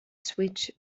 switch